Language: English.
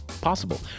possible